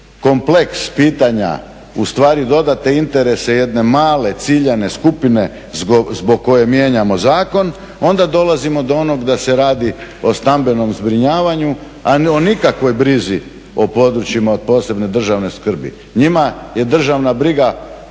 kompleks pitanja ustvari dodate interese jedne male ciljane skupine zbog koje mijenjamo zakon onda dolazimo do onog da se radi o stambenom zbrinjavanju, a o nikakvoj brizi o područjima od posebne države skrbi, njima je državna briga